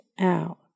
out